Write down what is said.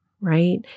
right